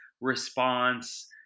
response